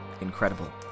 incredible